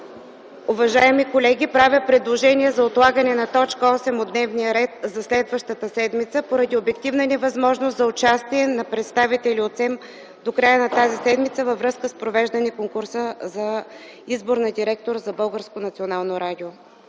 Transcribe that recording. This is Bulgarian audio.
уважаеми колеги, правя процедурно предложение за отлагане т. 8 от дневния ред за следващата седмица поради обективна невъзможност за участие на представители от СЕМ до края на тази седмица във връзка с провеждане конкурса за избор на директор за